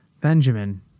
Benjamin